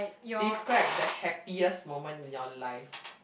describe the happiest moment in your life